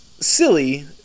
silly